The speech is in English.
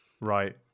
right